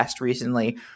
recently